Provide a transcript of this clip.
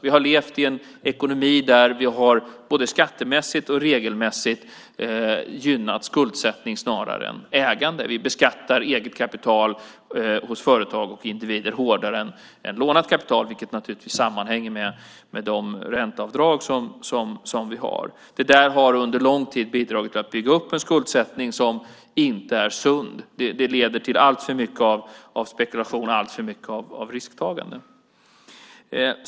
Vi har levt i en ekonomi där vi både skattemässigt och regelmässigt har gynnat skuldsättning snarare än ägande. Vi beskattar eget kapital hos företag och individer hårdare än lånat kapital, vilket naturligtvis hänger samman med de ränteavdrag vi har. Detta har under lång tid bidragit till att bygga upp en skuldsättning som inte är sund utan leder till alltför mycket av spekulation och risktagande.